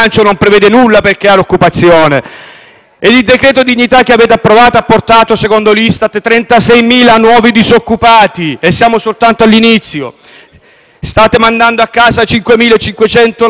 che il decreto dignità che avete approvato ha portato, secondo l'Istat, 36.000 nuovi disoccupati, e siamo soltanto all'inizio. State mandando a casa 5.500 lavoratori ex Lsu-Lpu in Calabria,